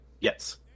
Yes